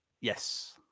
Yes